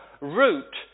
route